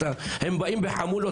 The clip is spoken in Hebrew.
הם באים בחמולות.